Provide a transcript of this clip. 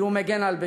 כי הוא מגן על ביתו.